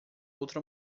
outra